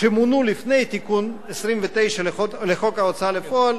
שמונו לפני תיקון 29 לחוק ההוצאה לפועל,